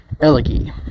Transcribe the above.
Elegy